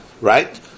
right